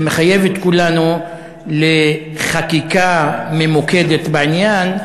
זה מחייב את כולנו לחקיקה ממוקדת בעניין,